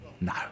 No